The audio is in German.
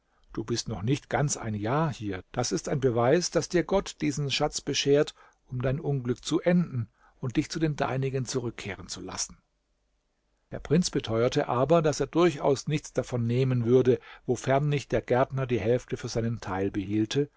du bist noch nicht ganz ein jahr hier das ist ein beweis daß dir gott diesen schatz beschert um dein unglück zu enden und dich zu den deinigen zurückkehren zu lassen der prinz beteuerte aber daß er durchaus nichts davon nehmen würde wofern nicht der gärtner die hälfte für seinen teil behielte